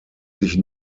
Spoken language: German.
sich